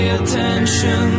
attention